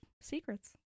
secrets